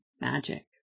magic